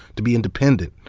to be independent.